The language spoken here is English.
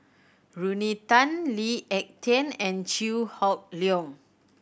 Rodney Tan Lee Ek Tieng and Chew Hock Leong